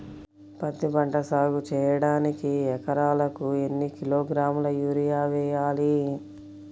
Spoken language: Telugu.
పత్తిపంట సాగు చేయడానికి ఎకరాలకు ఎన్ని కిలోగ్రాముల యూరియా వేయాలి?